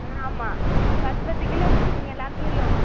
ஆ ஆமாம் பத்து பத்து கிலோ கொடுத்துருங்க எல்லாத்திலியும்